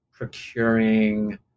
procuring